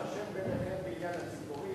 אני מוכן לפשר ביניכם בעניין הציפורים.